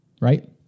right